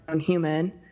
human